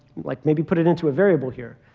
like maybe put it into a variable here.